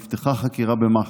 נפתחה חקירה במח"ש,